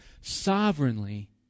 sovereignly